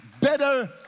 better